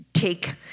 take